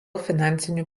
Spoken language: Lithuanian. finansinių